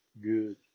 good